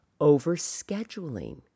Overscheduling